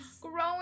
Growing